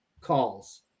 calls